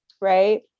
right